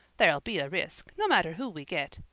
there'll be a risk, no matter who we get.